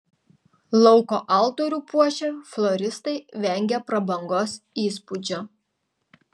lauko altorių puošę floristai vengė prabangos įspūdžio